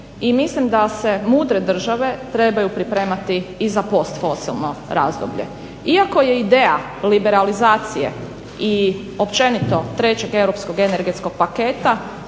i mislim da se mudre države trebaju pripremati i za postfosilno razdoblje. Iako je ideja liberalizacije i općenito trećeg europskog energetskog paketa